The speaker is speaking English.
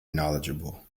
knowledgeable